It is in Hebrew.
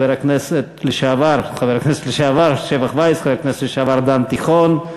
חבר הכנסת לשעבר דן תיכון,